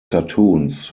cartoons